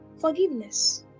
forgiveness